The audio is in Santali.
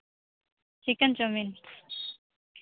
chicken chowmein